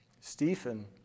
Stephen